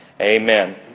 Amen